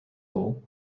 all